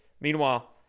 Meanwhile